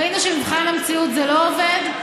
ראינו שבמבחן המציאות זה לא עובד.